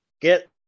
get